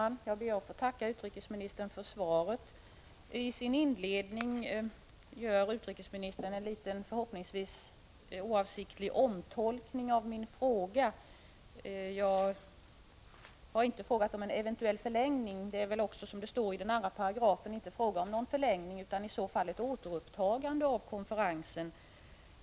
Fru talman! Jag ber att få tacka utrikesministern för svaret. I sin inledning gör utrikesministern en liten, förhoppningsvis oavsiktlig, omtolkning av min fråga. Jag har inte frågat om en eventuell förlängning. Det gäller väl inte heller, det framgår av det utdelade svarets andra stycke, någon förlängning, utan i så fall blir det ett återupptagande av konferensen.